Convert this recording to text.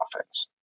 offense